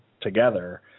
together